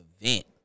event